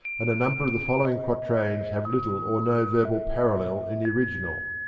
and a number of the following quatrains have little or no verbal parallel in the original.